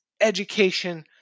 education